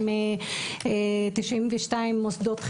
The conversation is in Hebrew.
כ-92 מוסדות חינוך,